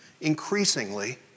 increasingly